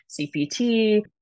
CPT